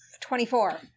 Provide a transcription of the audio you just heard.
twenty-four